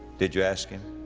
did you ask him?